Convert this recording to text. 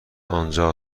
آنجا